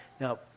Now